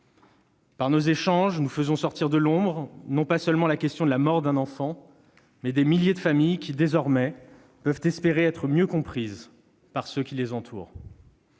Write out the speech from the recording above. Par nos échanges, nous faisons sortir de l'ombre non seulement la question de la mort d'un enfant, mais encore des milliers de familles qui, désormais, peuvent espérer être mieux comprises par ceux qui les entourent.